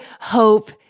hope